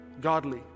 godly